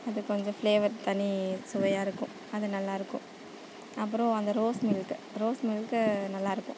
அது கொஞ்சம் ஃப்ளேவர் தனி சுவையாக இருக்கும் அது நல்லாயிருக்கும் அப்பறம் அங்கே ரோஸ் மில்க் ரோஸ் மில்க்கு நல்லாயிருக்கும்